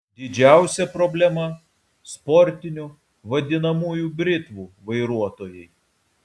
didžiausia problema sportinių vadinamųjų britvų vairuotojai